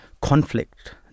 conflict